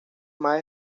más